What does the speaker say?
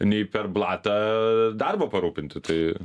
nei per blatą darbo parūpinti tai